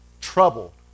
trouble